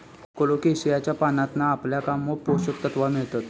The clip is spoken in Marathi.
कोलोकेशियाच्या पानांतना आपल्याक मोप पोषक तत्त्वा मिळतत